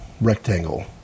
rectangle